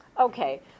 Okay